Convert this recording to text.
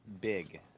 big